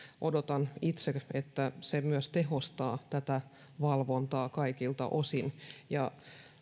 odotan itse että se tehostaa tätä valvontaa kaikilta osin ja